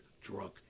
drunk